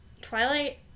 Twilight